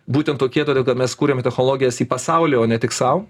būtent tokie todėl kad mes kuriam technologijas į pasaulį o ne tik sau